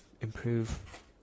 improve